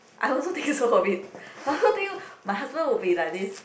I also think so of it I also think my husband will be like this